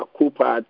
Cooper